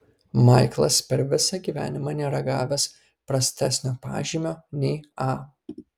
maiklas per visą gyvenimą nėra gavęs prastesnio pažymio nei a